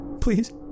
please